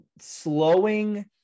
slowing